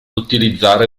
utilizzare